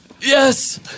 Yes